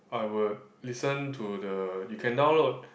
I would listen to the you can download